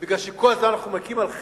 כי כל הזמן אנחנו מכים על חטא.